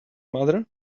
mother